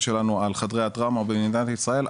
שלנו על חדרי הטראומה במדינת ישראל,